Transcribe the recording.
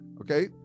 Okay